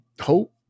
hope